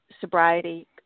sobriety